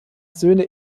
söhne